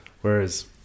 whereas